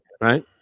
right